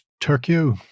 turkey